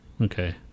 Okay